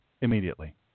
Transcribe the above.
immediately